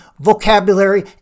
vocabulary